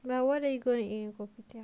but what are you going to eat in kopitiam